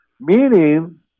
Meaning